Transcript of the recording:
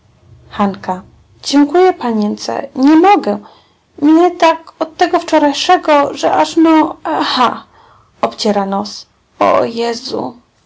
dziękuję panience nie mogę mnie tak od tego wczorajszego że aż no ha obciera nos